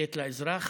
לתת לאזרח